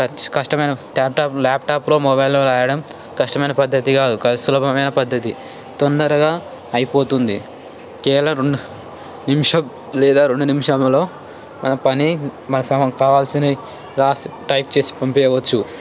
కచ్ కష్టమైన ట్యాప్ టాప్ ల్యాప్టాప్లో మొబైల్లో రాయడం కష్టమైన పద్ధతి కాదు సులభమైన పద్ధతి తొందరగా అయిపోతుంది కేవలం రెండు నిమిషం లేదా రెండు నిమిషాలలో పని మనకు కావాల్సింది రాసి టైప్ చేసి పంపించవచ్చు